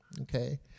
okay